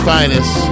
Finest